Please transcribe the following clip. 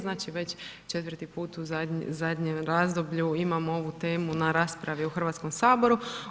Znači već 4. put u zadnjem razdoblju imamo ovu temu na raspravi u Hrvatskom saboru.